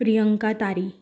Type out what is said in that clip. Priyanka Tari